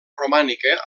romànica